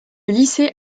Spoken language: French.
lycée